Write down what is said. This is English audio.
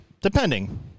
Depending